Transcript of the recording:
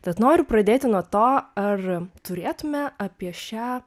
tad noriu pradėti nuo to ar turėtume apie šią